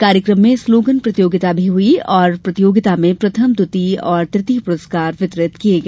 कार्यक्रम में स्लोगन प्रतियोगिता भी हई और प्रतियोगिता में प्रथम द्वितीय एवं ततीय प्रस्कार दिया गया